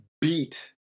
beat